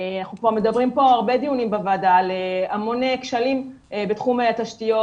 אנחנו פה מדברים הרבה דיונים בוועדה על המוני כשלים בתחומי התשתיות.